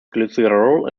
glycerol